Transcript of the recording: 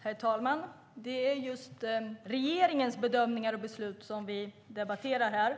Herr talman! Det är just regeringens bedömningar och beslut som vi debatterar här.